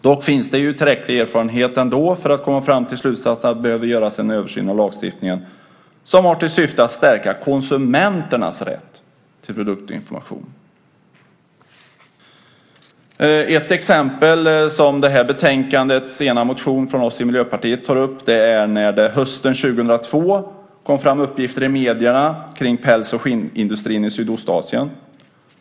Dock finns det ändå tillräcklig erfarenhet för att komma fram till slutsatsen att det behövs göras en översyn av lagstiftningen som har till syfte att stärka konsumenternas rätt till produktinformation. Ett exempel som tas upp i den ena motionen från oss i Miljöpartiet i betänkandet är när det hösten år 2002 kom fram uppgifter i medierna om päls och skinnindustrin i Sydostasien.